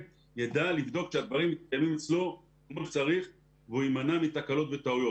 ידע לבדוק שהדברים אצלו מותקנים כמו שצריך והוא יימנע מתקלות וטעויות.